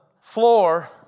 floor